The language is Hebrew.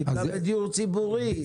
היא טיפלה בדיור ציבורי.